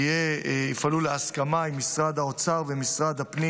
יפעלו להסכמה עם משרד האוצר ומשרד הפנים